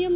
M